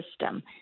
system